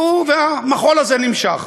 והמחול הזה נמשך,